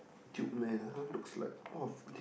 cute meh that one looks like !wah! do you